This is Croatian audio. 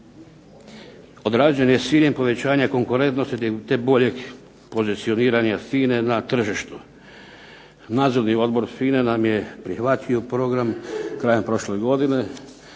Odrađen je s ciljem povećanja konkurentnosti te boljeg pozicioniranja FINA-e na tržištu. Nadzorni odbor FINA-e nam je prihvatio program krajem prošle godine.